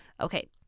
Okay